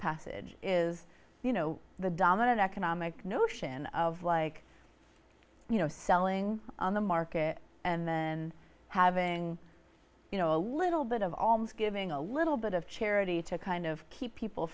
passage is you know the dominant economic notion of like you know selling on the market and then having you know a little bit of almsgiving a little bit of charity to kind of keep people